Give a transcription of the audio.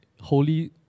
Holy